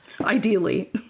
Ideally